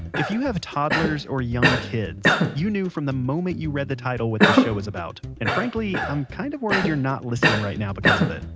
if you have toddlers or young kids, you knew from the moment you read the title what this show is about, and frankly, i'm kind of worried you're not listening right now because of it.